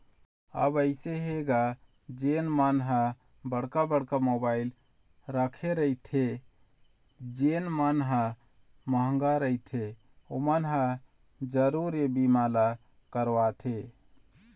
अब अइसे हे गा जेन मन ह बड़का बड़का मोबाइल रखे रहिथे जेन मन ह मंहगा रहिथे ओमन ह जरुर ये बीमा ल करवाथे